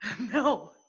No